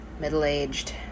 middle-aged